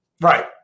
Right